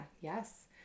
Yes